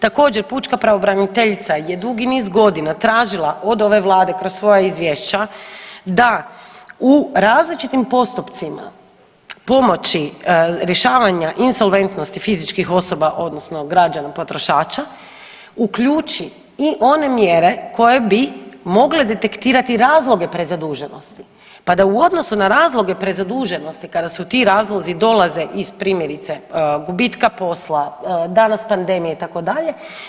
Također pučka pravobraniteljica je dugi niz godina tražila od ove vlade kroz svoja izvješća da u različitim postupcima pomoći rješavanja insolventnosti fizičkih osoba odnosno građana potrošača uključi i one mjere koje bi mogle detektirati razloge prezaduženosti pa da u odnosu na razloge prezaduženosti kada su ti razlozi dolaze iz primjerice gubitka posla, danas pandemije itd.,